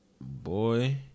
Boy